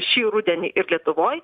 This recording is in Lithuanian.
šį rudenį ir lietuvoj